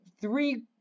three